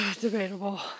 debatable